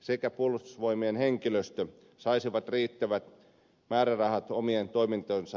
sekä puolustusvoimien henkilöstö saisivat riittävät määrärahat omien toimintojensa tukemiseksi